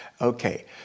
okay